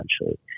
essentially